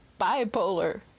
bipolar